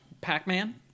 Pac-Man